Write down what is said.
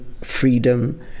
freedom